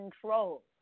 control